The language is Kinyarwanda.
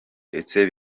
ndetse